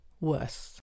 worse